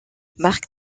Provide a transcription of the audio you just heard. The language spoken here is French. mark